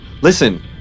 Listen